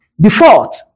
default